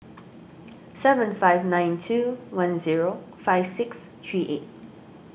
seven five nine two one zero five six three eight